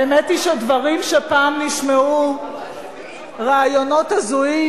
האמת היא שדברים שפעם נשמעו רעיונות הזויים,